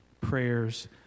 Prayers